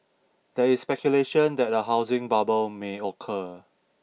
there is speculation that a housing bubble may occur